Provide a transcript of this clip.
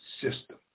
system